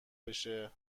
بشه